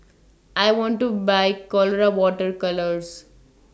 I want to Buy Colora Water Colours